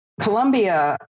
Colombia